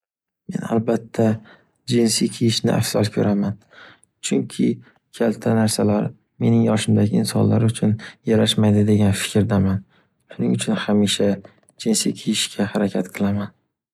Men albatta jensi kiyishni afzal ko’raman. Chunki kalta narsalar mening yoshimdagi insonlar uchun yarashmaydi degan fikrdaman. Shuning uchun hamisha jensi kiyishga harakat qilaman.